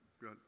Good